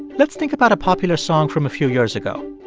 let's think about a popular song from a few years ago